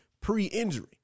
pre-injury